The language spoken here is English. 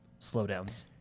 slowdowns